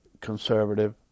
conservative